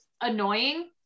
annoying